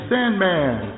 Sandman